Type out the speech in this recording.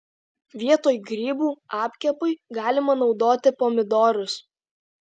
vietoj grybų apkepui galima naudoti pomidorus